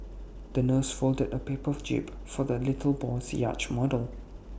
the nurse folded A paper jib for the little boy's yacht model